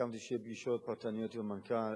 סיכמנו שיהיו פגישות פרטניות עם המנכ"ל,